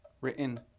written